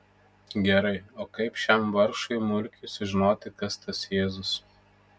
gerai o kaip šiam vargšui mulkiui sužinoti kas tas jėzus